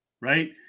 right